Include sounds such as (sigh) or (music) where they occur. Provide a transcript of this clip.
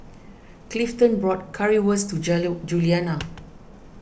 Clifton bought Currywurst to (unintelligible) Juliana